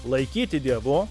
laikyti dievu